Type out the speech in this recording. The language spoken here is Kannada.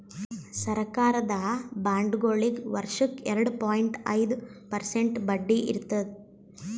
ಸರಕಾರದ ಬಾಂಡ್ಗೊಳಿಗ್ ವರ್ಷಕ್ಕ್ ಎರಡ ಪಾಯಿಂಟ್ ಐದ್ ಪರ್ಸೆಂಟ್ ಬಡ್ಡಿ ಇರ್ತದ್